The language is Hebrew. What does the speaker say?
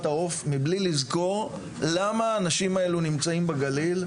העוף בלי לזכור למה האנשים האלה נמצאים בגליל,